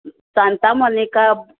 Santa Monica